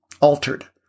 altered